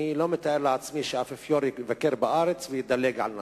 אני לא מתאר לעצמי שהאפיפיור יבקר בארץ וידלג על נצרת.